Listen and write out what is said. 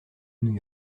new